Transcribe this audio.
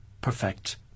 perfect